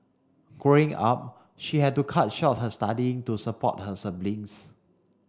Growing Up she had to cut short her studying to support her siblings